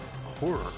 Horror